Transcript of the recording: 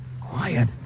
Quiet